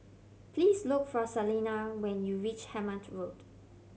please look for Salina when you reach Hemmant Road